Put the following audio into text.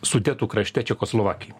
sudetų krašte čekoslovakijoj